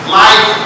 life